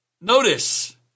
notice